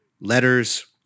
letters